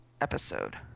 episode